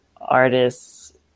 artists